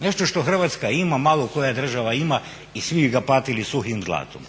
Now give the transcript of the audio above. Nešto što Hrvatska ima, malo koja država ima i svi ga platili suhim zlatom.